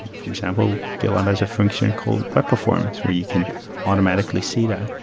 for example, gitlab has a function called web performance where you can automatically see that.